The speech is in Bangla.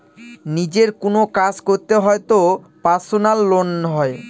নিজের কোনো কাজ করতে হয় তো পার্সোনাল লোন হয়